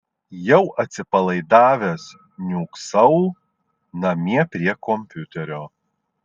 jau atsipalaidavęs niūksau namie prie kompiuterio